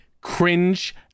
cringe